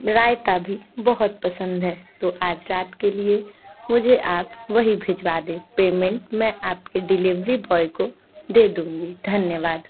रायता भी बहुत पसंद है तो आज रात के लिए मुझे आप वही भिजवा दें पेमेंट मैं आप के डेलीवरी बॉय को दे दूँगी धन्यवाद